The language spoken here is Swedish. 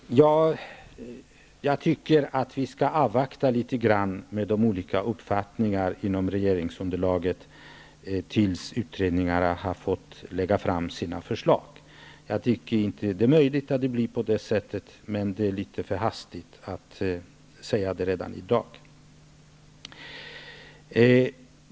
Herr talman! Jag tycker att vi skall avvakta litet grand när det gäller de olika uppfattningarna inom regeringsunderlaget tills utredningarna har fått lägga fram sina förslag. Det är möjligt att det blir på det sättet. Men det är litet för tidigt att säga det redan i dag.